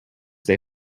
they